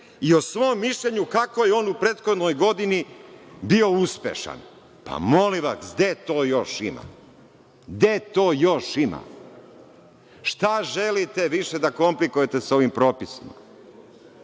i o svom mišljenju kako je on u prethodnoj godini bio uspešan. Molim vas, gde to još ima? Gde to još ima? Šta želite više da komplikujete sa ovim propisima?